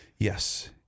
Yes